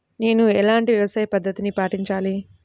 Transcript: నేను ఎలాంటి వ్యవసాయ పద్ధతిని పాటించాలి?